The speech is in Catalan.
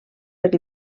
per